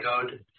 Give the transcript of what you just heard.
code